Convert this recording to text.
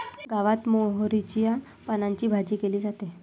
गावात मोहरीच्या पानांची भाजी केली जाते